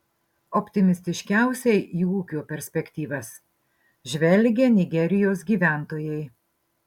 optimistiškiausiai į ūkio perspektyvas žvelgia nigerijos gyventojai